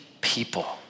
people